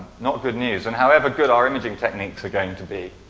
not good news. and however good our imaging techniques are going to be,